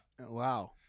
Wow